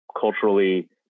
culturally